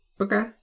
okay